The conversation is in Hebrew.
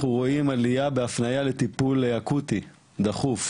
אנחנו ראים עליה בהפניה לטיפול אקוטי, דחוף.